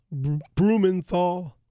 Brumenthal